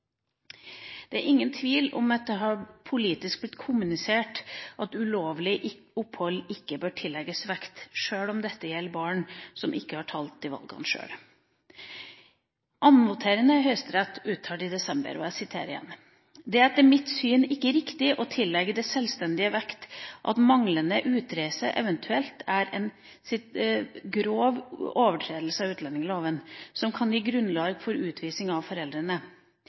Det er ingen tvil om at det politisk har blitt kommunisert at ulovlig opphold ikke bør tillegges vekt, sjøl om dette gjelder barn som ikke har tatt de valgene sjøl. Annenvoterende i Høyesterett uttalte i desember: «Det er etter mitt syn ikke riktig å tillegge det selvstendig vekt at manglende utreise eventuelt er en «grov overtredelse av utlendingsloven» som kan gi grunnlag for utvisning av foreldrene.